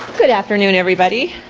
good afternoon everybody.